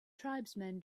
tribesmen